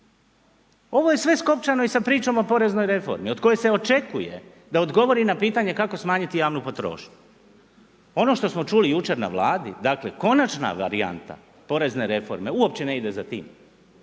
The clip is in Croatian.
ovo je sve skopčano i sa pričom o poreznoj reformi od koje se očekuje da odgovori na pitanje kako smanjiti javnu potrošnju. Ono što smo čuli jučer na vladi, dakle konačna varijanta porezne reforme uopće ne ide za tim,